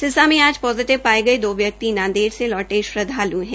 सिरसा में positive पाये गये दो व्यक्ति नांदेड़ से लौटे श्रदवालू है